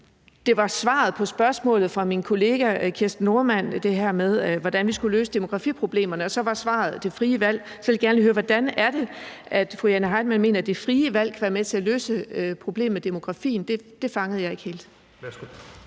til svaret på spørgsmålet fra min kollega Kirsten Normann Andersen om det her med, hvordan vi skulle løse demografiproblemerne, og hvor svaret så var det frie valg. Så vil jeg gerne lige høre: Hvordan er det, fru Jane Heitmann mener det frie valg kan være med til at løse problemet med demografien? Det fangede jeg ikke helt.